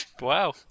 Wow